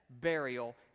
burial